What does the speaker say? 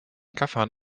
gaffern